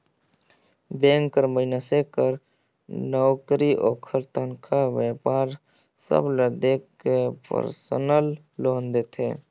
bank हर मइनसे कर नउकरी, ओकर तनखा, बयपार सब ल देख के परसनल लोन देथे